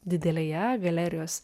didelėje galerijos